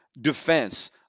defense